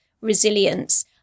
resilience